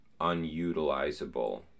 unutilizable